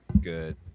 good